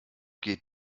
geht